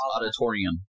Auditorium